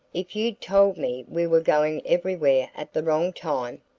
if you'd told me we were going everywhere at the wrong time,